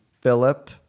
Philip